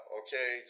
okay